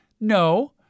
No